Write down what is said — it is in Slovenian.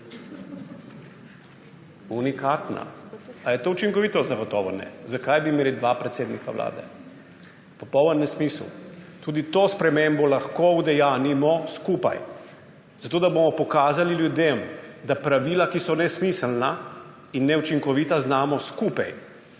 Unikatna. Ali je to učinkovito? Zagotovo ne. Zakaj bi imeli dva predsednika Vlade? Popoln nesmisel. Tudi to spremembo lahko udejanjimo skupaj, zato da bomo pokazali ljudem, da znamo pravila, ki so nesmiselna in neučinkovita, skupaj